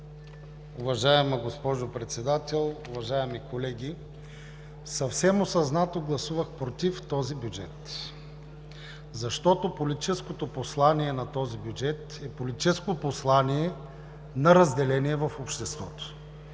Уважаема госпожо Председател, уважаеми колеги! Съвсем осъзнато гласувах „против“ този бюджет. Защото политическото послание на този бюджет е политическо послание на разделение в обществото.